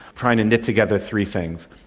trying to knit together three things.